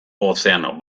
ozeano